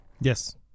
yes